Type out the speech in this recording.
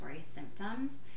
symptoms